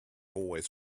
always